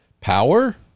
Power